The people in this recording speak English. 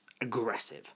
aggressive